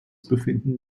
befinden